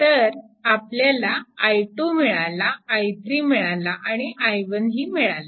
तर आपल्याला i2 मिळाला i3 मिळाला आणि i1 हि मिळाला